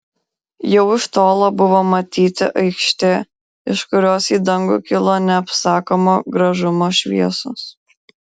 jau iš tolo buvo matyti aikštė iš kurios į dangų kilo neapsakomo gražumo šviesos